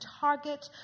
target